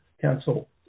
council